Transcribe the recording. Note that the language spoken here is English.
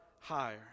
higher